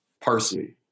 parsley